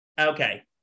Okay